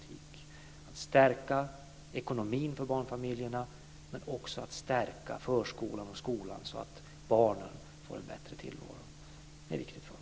Det är viktigt för oss att stärka ekonomin för barnfamiljerna men också att stärka förskolan och skolan så att barnen får en bättre tillvaro.